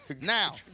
Now